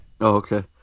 okay